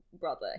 Brother